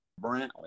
Brantley